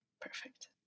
Perfect